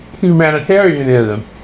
humanitarianism